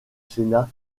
sénat